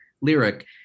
lyric